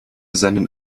seinen